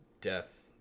death